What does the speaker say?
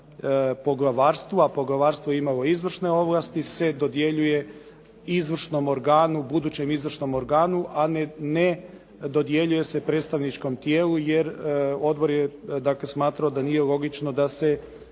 poglavarstvu a poglavarstvo je imalo izvršne ovlasti, se dodjeljuje izvršnom organu, budućem izvršnom organu a ne dodjeljuje se predstavničkom tijelu jer odbor je dakle smatrao da se